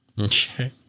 Okay